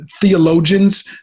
theologians